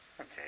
Okay